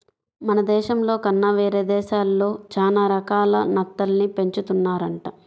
మన దేశంలో కన్నా వేరే దేశాల్లో చానా రకాల నత్తల్ని పెంచుతున్నారంట